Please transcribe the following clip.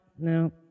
No